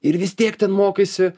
ir vis tiek ten mokaisi